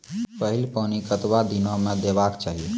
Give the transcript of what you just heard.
पहिल पानि कतबा दिनो म देबाक चाही?